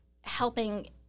helping